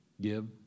Give